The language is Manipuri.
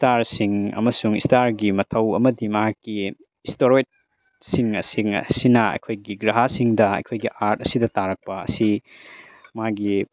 ꯏꯁꯇꯥꯔꯁꯤꯡ ꯑꯃꯁꯨꯡ ꯏꯁꯇꯥꯔꯒꯤ ꯃꯊꯧ ꯑꯃꯗꯤ ꯃꯍꯥꯛꯀꯤ ꯑꯦꯁꯇꯦꯔꯣꯏꯠ ꯁꯤꯡ ꯑꯁꯤꯅ ꯑꯩꯈꯣꯏꯒꯤ ꯒ꯭ꯔꯍꯥꯁꯤꯡꯗ ꯑꯩꯈꯣꯏꯒꯤ ꯑꯥꯔꯠ ꯑꯁꯤꯗ ꯇꯥꯔꯛꯄ ꯑꯁꯤ ꯃꯥꯒꯤ